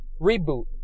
reboot